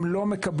הם לא מקבלים.